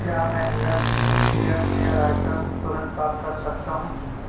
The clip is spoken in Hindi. क्या मैं हेयर हेयर केयर आइटम्स तुरंत प्राप्त कर सकता हूँ